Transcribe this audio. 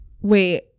Wait